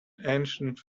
ancient